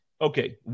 okay